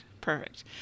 perfect